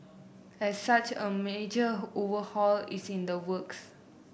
as such a major overhaul is in the works